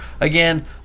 Again